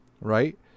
right